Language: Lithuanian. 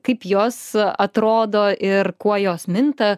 kaip jos atrodo ir kuo jos minta